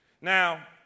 Now